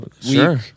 Sure